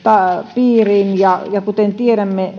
piiriin ja ja kuten tiedämme